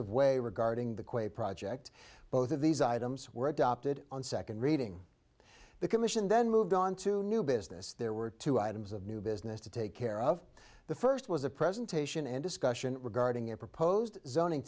of way regarding the quaid project both of these items were adopted on second reading the commission then moved on to new business there were two items of new business to take care of the first was a presentation and discussion regarding a proposed zoning